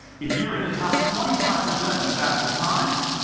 if you're in the top twenty five percent of the fastest times,